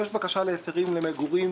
יש בקשה להיתרים למגורים,